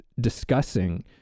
discussing